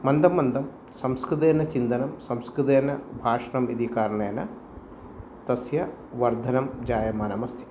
मन्दं मन्दं संस्कृतेन चिन्तनं संस्कृतेन भाषणम् इति कारणेन तस्य वर्धनं जायमानमस्ति